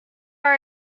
are